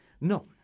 No